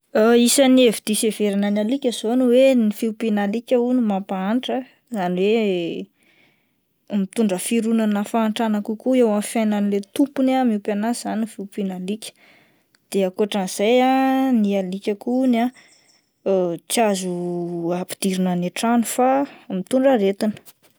Isan'ny hevi-diso hieverana ny alika zao ny hoe ny fiompiana alika hono mampahantra, izany hoe mitondra fironana fahantrana kokoa eo amin'ny fiainan'le tompony izany ah ny fiompiana alika de akoatran'izay ah ny alika koa hono ah tsy azo ampidirina any an-trano fa mitondra aretina.